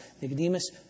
Nicodemus